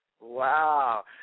Wow